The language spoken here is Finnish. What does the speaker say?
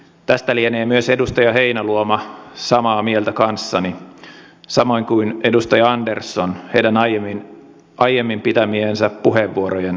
tästä lienee myös edustaja heinäluoma samaa mieltä kanssani samoin kuin edustaja andersson heidän aiemmin pitämiensä puheenvuorojen perusteella